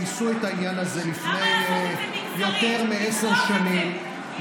ניסו את העניין הזה לפני יותר מעשר שנים.